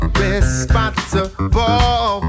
responsible